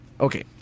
Okay